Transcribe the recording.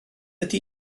ydy